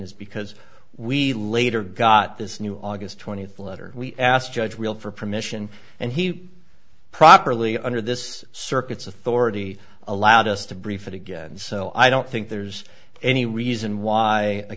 is because we later got this new august twentieth letter we asked judge real for permission and he properly under this circuit's authority allowed us to brief it again so i don't think there's any reason why a